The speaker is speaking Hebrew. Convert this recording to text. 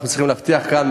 אנחנו צריכים להבטיח כאן,